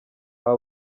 aba